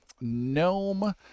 gnome